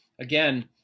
Again